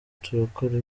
turakora